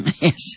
Yes